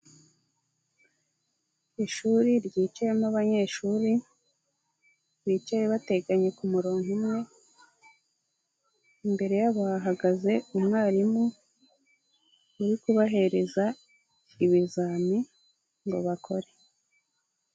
Ishuri ryicayemo abanyeshuri, bicaye bateganye ku murongo umwe, imbere yabo hahagaze umwarimu uri kubahereza ibizami ngo bakore.